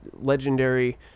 legendary